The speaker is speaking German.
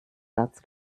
satz